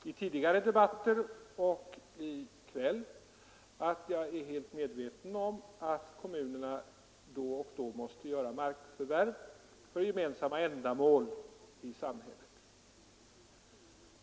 Fru talman! I tidigare debatter liksom i kväll har jag sagt att jag är helt medveten om att kommunerna då och då måste göra markförvärv för gemensamma ändamål i samhället.